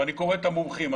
ואני קורא את המומחים.